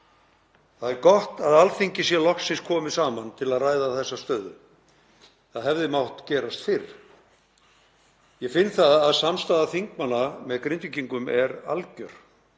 Það er gott að Alþingi sé loksins komið saman til að ræða þessa stöðu. Það hefði mátt gerast fyrr. Ég finn að samstaða þingmanna með Grindvíkingum er algjör.